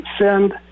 send